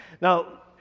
Now